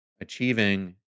achieving